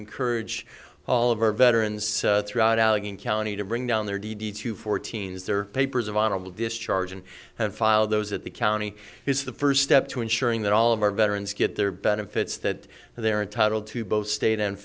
encourage all of our veterans throughout allegheny county to bring down their d d two fourteen as their papers of honorable discharge and have filed those at the county is the first step to ensuring that all of our veterans get their benefits that they are entitled to both state and